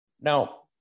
Now